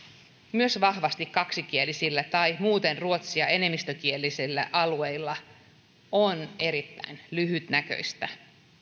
myös vahvasti kaksikielisillä tai muuten ruotsin enemmistökielisillä alueilla on erittäin lyhytnäköistä